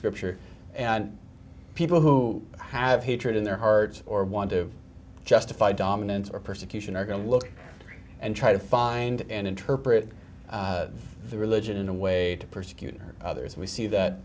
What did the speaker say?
scripture and people who have hatred in their heart or want to justify dominance or persecution are going to look and try to find and interpret the religion in a way to persecute others we see that